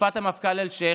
בתקופת המפכ"ל אלשיך,